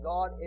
God